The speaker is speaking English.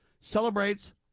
celebrates